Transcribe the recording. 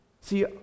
see